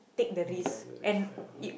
ya the risk ya